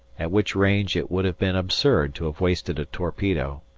at which range it would have been absurd to have wasted a torpedo,